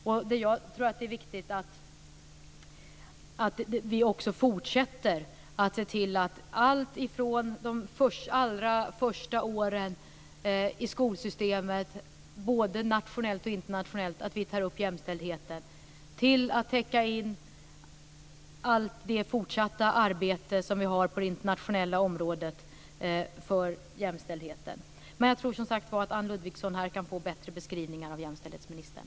Jag tror att det är viktigt att vi också fortsätter att se till att ta upp jämställdheten de allra första åren i skolsystemet, både nationellt och internationellt, och att se till att täcka in allt det fortsatta arbete som vi nu har på det internationella området för jämställdheten. Jag tror, som sagt var, att Anne Ludvigsson kan få bättre beskrivningar av jämställdhetsministern.